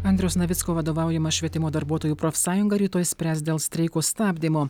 andriaus navicko vadovaujama švietimo darbuotojų profsąjunga rytoj spręs dėl streiko stabdymo